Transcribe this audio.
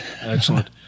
excellent